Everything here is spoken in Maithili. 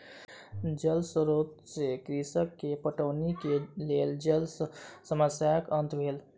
जल स्रोत से कृषक के पटौनी के लेल जल समस्याक अंत भेल